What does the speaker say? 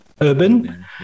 urban